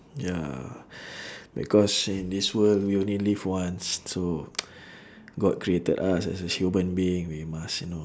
ya because in this world we only live once so god created us as a human being we must you know